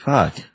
Fuck